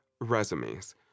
resumes